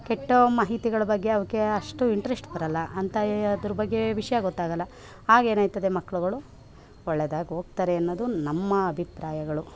ಕೆಟ್ಟ ಮಾಹಿತಿಗಳು ಬಗ್ಗೆ ಅವಕ್ಕೆ ಅಷ್ಟು ಇಂಟ್ರೆಸ್ಟ್ ಬರಲ್ಲ ಅಂತ ಯ ಅದರ ಬಗ್ಗೆ ವಿಷಯ ಗೊತ್ತಾಗಲ್ಲ ಆಗ ಏನಾಯ್ತದೆ ಮಕ್ಕಳುಗಳು ಒಳ್ಳೆಯದಾಗಿ ಹೋಗ್ತಾರೆ ಅನ್ನೋದು ನಮ್ಮ ಅಭಿಪ್ರಾಯಗಳು